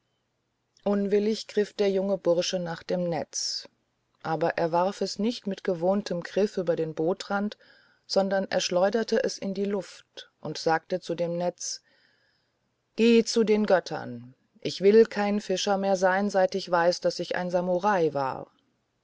unwillig griff der junge bursche nach dem netz aber er warf es nicht mit gewohntem griff über den bootrand sondern er schleuderte es in die luft und sagte zu dem netz geh zu den göttern ich will kein fischer mehr sein seit ich weiß daß ich ein samurai war